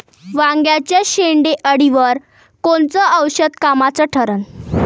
वांग्याच्या शेंडेअळीवर कोनचं औषध कामाचं ठरन?